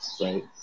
right